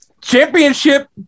Championship